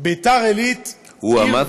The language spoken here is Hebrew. הוא עמד